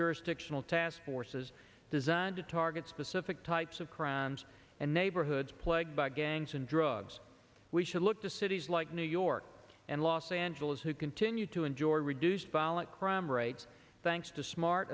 jurisdictional task forces designed to target specific types of crimes and neighborhoods plagued by gangs and drugs we should look cities like new york and los angeles who continue to enjoy reduce violent crime rates thanks to smart